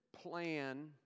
plan